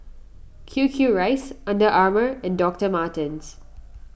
Q Q Rice Under Armour and Doctor Martens